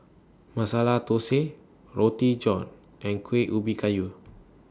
Masala Thosai Roti John and Kueh Ubi Kayu